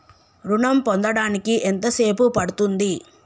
ఋణం పొందడానికి ఎంత సేపు పడ్తుంది?